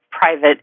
private